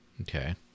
Okay